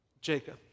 Jacob